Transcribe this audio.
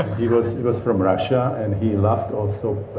he was he was from russia, and he loved also